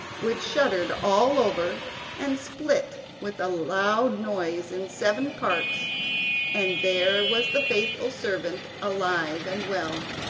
which shuddered all over and split with a loud noise in seven parts and there was the faithful servant alive and well.